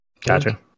Gotcha